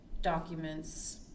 documents